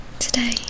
Today